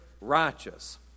righteous